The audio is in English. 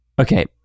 Okay